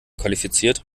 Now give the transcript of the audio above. qualifiziert